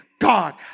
God